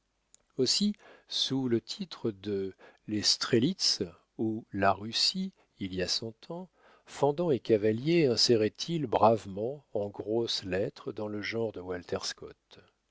aussi sous le titre de les strelitz ou la russie il y a cent ans fendant et cavalier inséraient ils bravement en grosses lettres dans le genre de walter scott